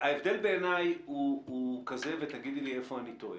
ההבדל בעיניי הוא כזה ותגידי איפה אני טועה.